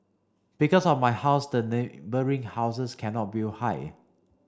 because of my house the neighbouring houses cannot build high